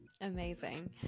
amazing